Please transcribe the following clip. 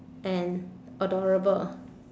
and adorable